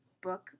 book